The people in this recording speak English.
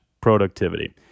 productivity